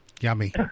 Yummy